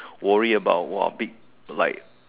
worry about !wah! big like